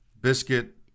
biscuit